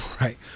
Right